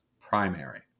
primary